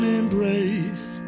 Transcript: embrace